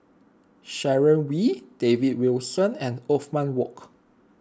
Sharon Wee David Wilson and Othman Wok